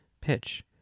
pitch